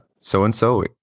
so-and-so